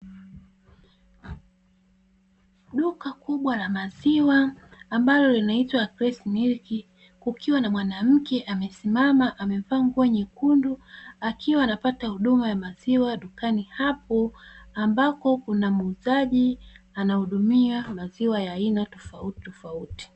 Duka kubwa la maziwa ambalo linaitwa "fresh milk", kukiwa na mwanamke amesimama amevaa nguo nyekundu akiwa anapata huduma ya maziwa dukani hapo, ambapo kuna muuzaji anahudumia maziwa ya aina tofauti tofauti.